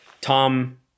Tom